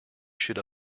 should